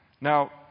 Now